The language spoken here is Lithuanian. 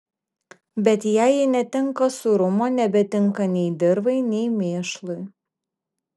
bet jei ji netenka sūrumo nebetinka nei dirvai nei mėšlui